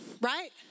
right